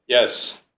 Yes